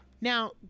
now